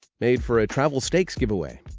made for a travel stakes giveaway.